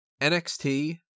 NXT